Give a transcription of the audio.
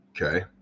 Okay